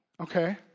Okay